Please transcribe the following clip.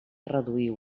reduir